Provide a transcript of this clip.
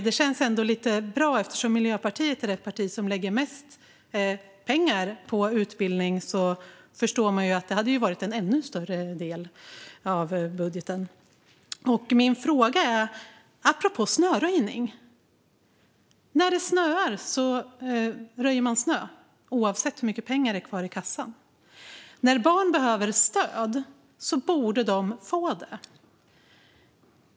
Det känns bra, för Miljöpartiet är det parti som lägger mest pengar på utbildning. Med vår budget skulle andelen av bnp alltså ha blivit ännu större. Jag har en fråga som knyter an till detta med snöröjning. När det snöar röjer man ju snö oavsett hur mycket pengar det är kvar i kassan. När barn behöver stöd borde de få det.